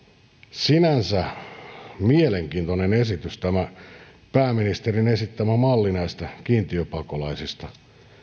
sinänsä on mielenkiintoinen esitys tämä pääministerin esittämä malli näistä kiintiöpakolaisista